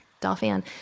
Dolphin